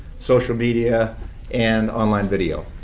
social media and online video.